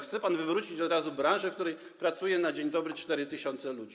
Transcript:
Chce pan wywrócić od razu branżę, w której pracuje na dzień dobry 4 tys. ludzi?